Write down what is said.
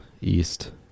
east